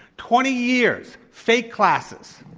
twenty years, fake classes.